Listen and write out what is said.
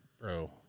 Bro